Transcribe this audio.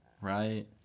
right